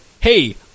hey